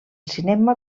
cinema